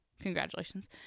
congratulations